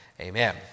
amen